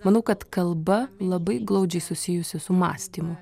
manau kad kalba labai glaudžiai susijusi su mąstymu